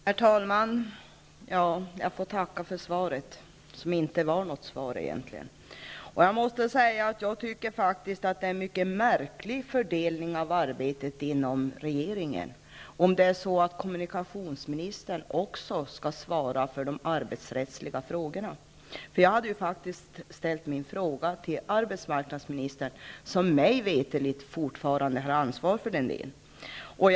Herr talman! Jag får tacka för svaret, som egentligen inte var något svar. Jag måste säga att jag faktiskt tycker att det är en mycket märklig fördelning av arbetet inom regeringen, om det är kommunikationsministern som också skall ansvara för de arbetsrättsliga frågorna. Jag hade ställt min fråga till arbetsmarknadsministern, som mig veterligt fortfarande har ansvaret för de frågorna.